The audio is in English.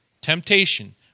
temptation